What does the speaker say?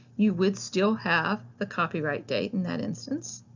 you would still have the copyright date in that instance.